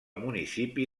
municipi